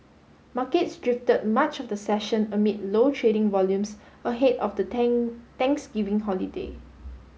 markets drifted much of the session amid low trading volumes ahead of the Thanksgiving holiday